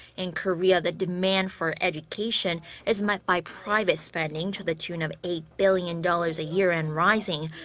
in korea, the demand for education is met by private spending. to the tune of eight billion dollars a year and rising.